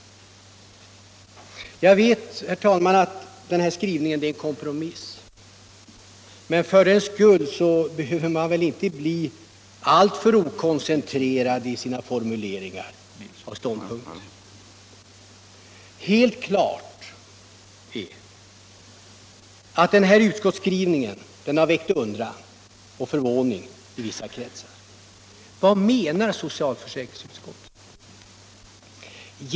Jag vet att den här skrivningen är en kompromiss, men för den skull behöver man väl inte bli alltför okoncentrerad i sina formuleringar av ståndpunkter. Helt klart är att utskottets skrivning har väckt undran och förvåning i en del kretsar. Vad menar socialförsäkringsutskottet?